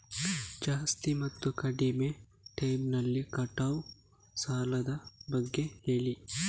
ಜಾಸ್ತಿ ಮತ್ತು ಕಡಿಮೆ ಟೈಮ್ ನಲ್ಲಿ ಕಟ್ಟುವ ಸಾಲದ ಬಗ್ಗೆ ಹೇಳಿ